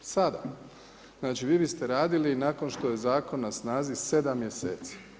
Sada, znači vi biste radili i nakon što je zakon na snazi 7 mjeseci.